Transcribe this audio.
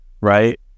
right